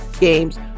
games